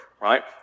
right